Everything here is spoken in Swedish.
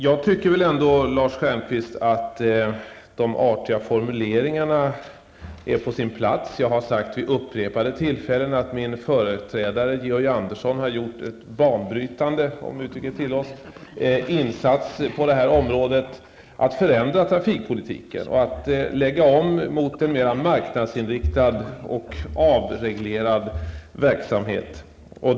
Jag tycker ändå, Lars Stjernkvist, att de artiga formuleringarna är på sin plats. Jag har vid flera tillfällen upprepat att min företrädare Georg Andersson har gjort en, om nu det uttrycket tillåts, banbrytande insats på det här området när det gäller att förändra trafikpolitiken och att få en omläggning, så att det blir en mera marknadsinriktad och avreglerad verksamhet.